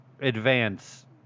advance